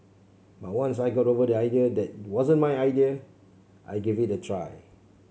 but once I got over the idea that wasn't my idea I give it a try